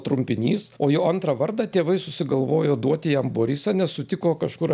trumpinys o jo antrą vardą tėvai susigalvojo duoti jam borisą nes sutiko kažkur